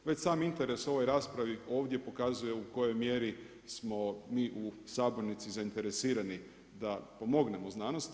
Već sam interes o ovoj raspravi ovdje pokazuje u kojoj mjeri smo mi u sabornici zainteresirani da pomognemo znanosti.